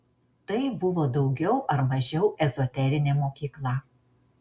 tai buvo daugiau ar mažiau ezoterinė mokykla